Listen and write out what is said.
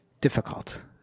difficult